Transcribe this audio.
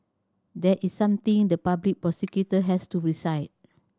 that is something the public prosecutor has to decide